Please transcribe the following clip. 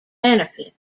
benefit